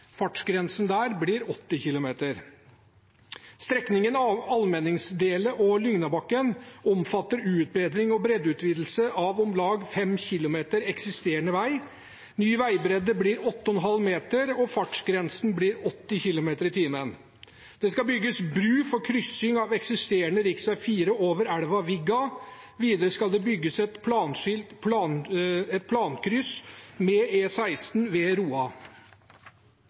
av om lag 5 km eksisterende vei. Ny veibredde blir 8,5 meter, og fartsgrensen blir 80 km/t. Det skal bygges bro for kryssing av eksisterende rv. 4 over elven Vigga. Videre skal det bygges et planskilt kryss med E16 ved Roa. Utbyggingen er forutsatt finansiert med